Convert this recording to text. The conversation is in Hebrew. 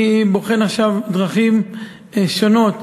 אני בוחן עכשיו דרכים שונות,